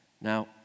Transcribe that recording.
Now